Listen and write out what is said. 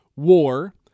War